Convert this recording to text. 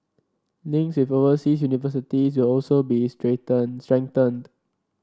links with oversea universities will also be strengthened